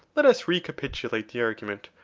let us recapitulate the argument.